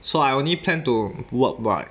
so I only planned to work what